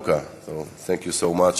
Thank you so much.